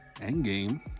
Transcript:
Endgame